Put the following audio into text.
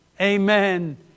Amen